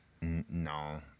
No